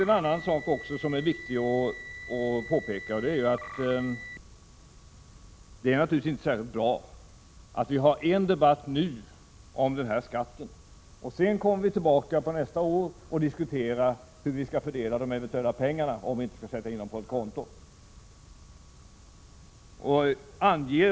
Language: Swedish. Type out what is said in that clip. En annan viktig sak är att det naturligtvis inte är särskilt bra att vi nu har en debatt om denna skatt och att vi nästa år har en debatt om fördelningen av eventuella pengar — om de nu inte skall sättas in på ett konto.